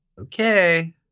okay